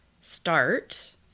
start